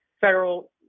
federal